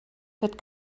that